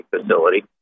facility